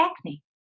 acne